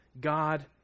God